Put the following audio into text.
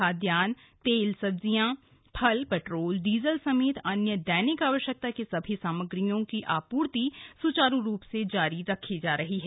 खाद्यान्न तेल सब्जियां फल पेट्रोल डीजल समेत अन्य दैनिक आवश्यकता की सभी सामग्रियों की आपूर्ति सुचारू रूप से जारी रखी जा रही है